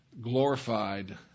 glorified